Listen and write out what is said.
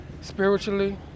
spiritually